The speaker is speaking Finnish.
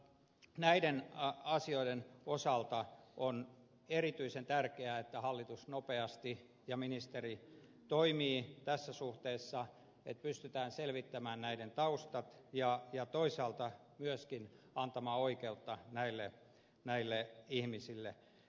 näiden asioiden osalta on erityisen tärkeää että hallitus ja ministeri nopeasti toimivat tässä suhteessa jotta pystytään selvittämään näiden taustat ja toisaalta myöskin antamaan oikeutta näille ihmisille